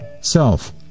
self